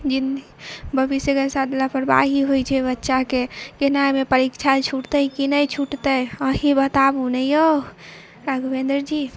जिन भविष्यके साथ लापरवाही होइ छै बच्चाके एनामे परीक्षा छूटतै कि नहि छूटतै अहीँ बताबू ने यौ राघवेन्द्र जी